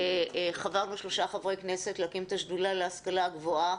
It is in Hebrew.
שחברנו שלושה חברי כנסת להקים את השדולה להשכלה גבוהה,